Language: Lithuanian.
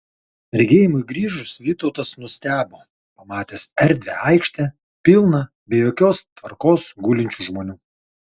regėjimui grįžus vytautas nustebo pamatęs erdvią aikštę pilną be jokios tvarkos gulinčių žmonių